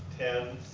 and